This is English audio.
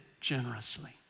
generously